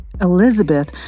Elizabeth